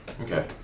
Okay